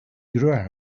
grow